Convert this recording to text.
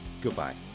goodbye